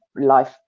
life